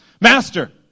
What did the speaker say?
Master